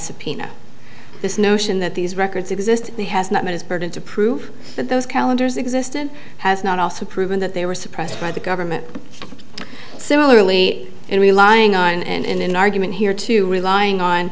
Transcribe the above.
subpoena this notion that these records exist he has not met its burden to prove that those calendars existed has not also proven that they were suppressed by the government similarly in relying on and in an argument here to relying on